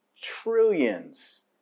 trillions